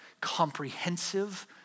comprehensive